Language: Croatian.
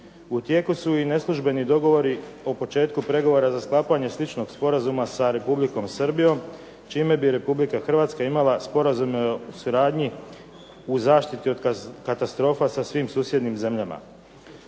U tijeku su i neslužbeni dogovori o početku pregovora za sklapanje sličnog sporazuma sa Republikom Srbijom, čime bi Republika Hrvatska imala sporazum o suradnji, o zaštiti od katastrofa sa svim susjednim zemljama.